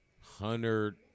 hundred